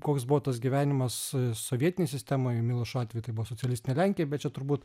koks buvo tas gyvenimas sovietinėj sistemoj milošo atveju tai buvo socialistinė lenkija bet čia turbūt